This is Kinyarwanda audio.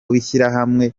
w’ishyirahamwe